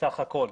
בסך הכול.